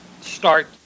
start